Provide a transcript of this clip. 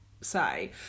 say